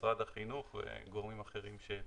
משרד החינוך וגורמים אחרים.